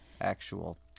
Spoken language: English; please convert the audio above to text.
actual